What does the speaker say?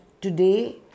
today